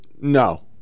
no